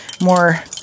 more